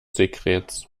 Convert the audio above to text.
sekrets